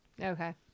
Okay